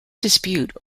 dispute